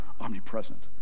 omnipresent